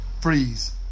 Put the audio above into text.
freeze